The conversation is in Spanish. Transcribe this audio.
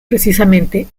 precisamente